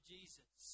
Jesus